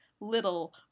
little